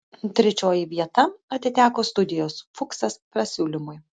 trečioji vieta atiteko studio fuksas pasiūlymui